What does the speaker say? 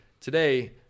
Today